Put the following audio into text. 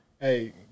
Hey